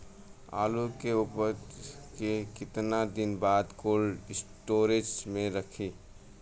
आलू के उपज के कितना दिन बाद कोल्ड स्टोरेज मे रखी?